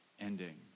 ending